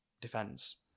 defense